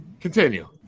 Continue